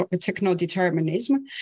techno-determinism